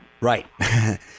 Right